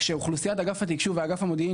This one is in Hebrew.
כשאוכלוסיית אגף התקשוב ואגף המודיעין